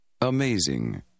Amazing